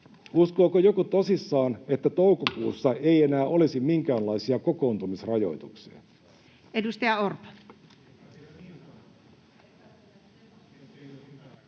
Uskooko joku tosissaan, että toukokuussa ei enää olisi minkäänlaisia kokoontumisrajoituksia?